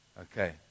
Okay